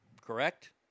correct